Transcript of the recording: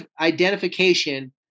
identification